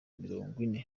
mirongwine